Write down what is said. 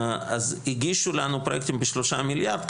הגיעו לנו פרוייקטים בשלושה מיליארד,